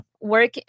Work